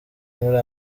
muri